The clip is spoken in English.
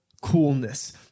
coolness